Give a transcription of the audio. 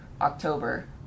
October